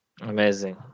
Amazing